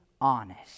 honest